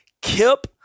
Kip